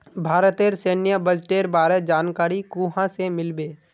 भारतेर सैन्य बजटेर बारे जानकारी कुहाँ से मिल बे